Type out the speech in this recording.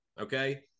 okay